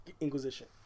Inquisition